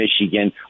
Michigan